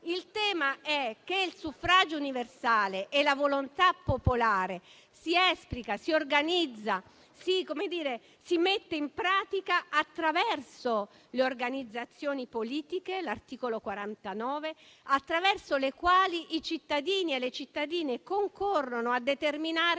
il tema è che il suffragio universale e la volontà popolare si esplicano, si organizzano, si mettono in pratica attraverso le organizzazioni politiche (articolo 49 della Costituzione), tramite le quali i cittadini e le cittadine concorrono a determinare